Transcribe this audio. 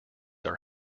are